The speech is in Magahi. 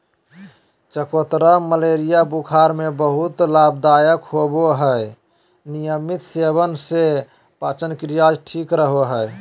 चकोतरा मलेरिया बुखार में बहुत लाभदायक होवय हई नियमित सेवन से पाचनक्रिया ठीक रहय हई